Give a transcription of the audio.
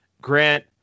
Grant